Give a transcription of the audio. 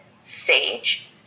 sage